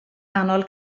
nghanol